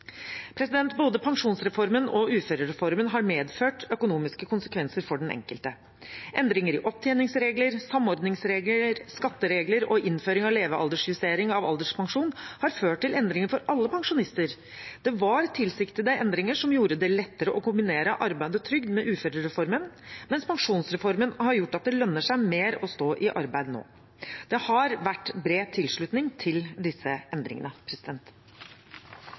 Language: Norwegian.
Både pensjonsreformen og uførereformen har medført økonomiske konsekvenser for den enkelte. Endringer i opptjeningsregler, samordningsregler, skatteregler og innføring av levealdersjustering av alderspensjon har ført til endringer for alle pensjonister. Det var tilsiktede endringer som gjorde det lettere å kombinere arbeid og trygd med uførereformen, mens pensjonsreformen har gjort at det lønner seg mer å stå i arbeid nå. Det har vært bred tilslutning til disse endringene.